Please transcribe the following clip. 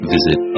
Visit